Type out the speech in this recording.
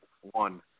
One